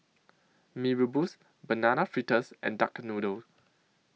Mee Rebus Banana Fritters and Duck Noodle